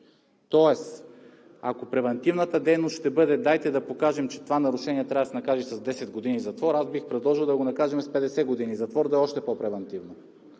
Тоест ако превантивната дейност ще бъде: дайте да покажем, че това нарушение трябва да се накаже с 10 години затвор, аз бих предложил да го накажем с 50 години затвор, за да е още по-превантивно.